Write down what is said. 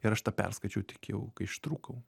ir aš tą perskaičiau tik jau kai ištrūkau